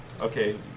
Okay